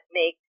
make